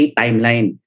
timeline